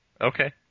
Okay